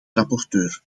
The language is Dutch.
rapporteur